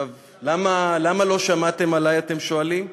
למה לא שמעתם עלי, אתם שואלים?